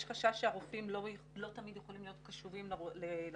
יש חשש שהרופאים לא תמיד יכולים להיות קשובים לחולים;